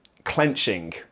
clenching